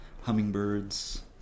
hummingbirds